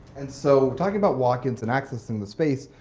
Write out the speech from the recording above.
and so talking about walk ins and access in the space,